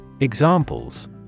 Examples